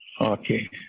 Okay